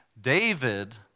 David